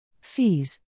Fees